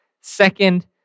second